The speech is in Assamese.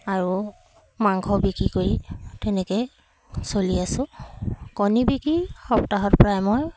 আৰু মাংস বিকি কৰি তেনেকৈয়ে চলি আছোঁ কণী বিকি সপ্তাহত প্ৰায় মই